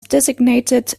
designated